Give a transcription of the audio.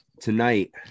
Tonight